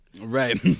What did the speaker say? Right